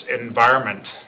environment